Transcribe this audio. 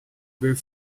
ver